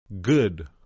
good